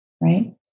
Right